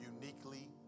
uniquely